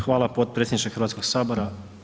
Hvala potpredsjedniče Hrvatskog sabora.